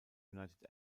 united